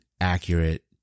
accurate